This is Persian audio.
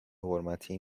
حرمتی